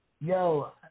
Yo